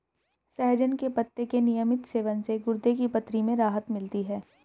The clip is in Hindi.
सहजन के पत्ते के नियमित सेवन से गुर्दे की पथरी में राहत मिलती है